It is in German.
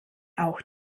auch